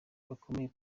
bakomeye